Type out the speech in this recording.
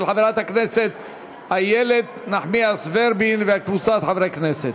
של חברת הכנסת איילת נחמיאס ורבין וקבוצת חברי הכנסת.